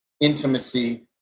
intimacy